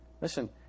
Listen